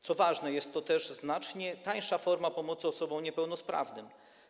Co ważne, jest to też znacznie tańsza forma pomocy osobom niepełnosprawnym.